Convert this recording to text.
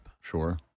Sure